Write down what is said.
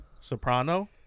soprano